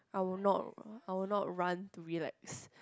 I'll not I'll not run to be like